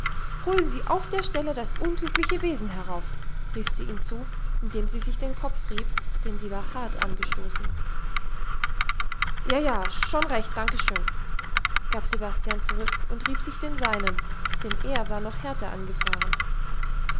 holen sie auf der stelle das unglückliche wesen herauf rief sie ihm zu indem sie sich den kopf rieb denn sie war hart angestoßen ja ja schon recht danke schön gab sebastian zurück und rieb sich den seinen denn er war noch härter angefahren